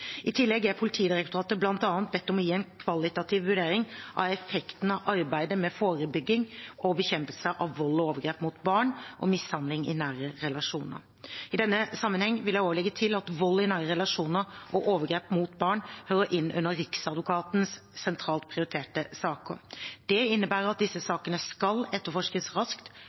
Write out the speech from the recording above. I tillegg er Politidirektoratet bl.a. bedt om å gi en kvalitativ vurdering av effektene av arbeidet med forebygging og bekjempelse av vold og overgrep mot barn og mishandling i nære relasjoner. I denne sammenheng vil jeg legge til at vold i nære relasjoner og overgrep mot barn hører inn under Riksadvokatens sentralt prioriterte saker. Det innebærer at disse sakene skal etterforskes raskt,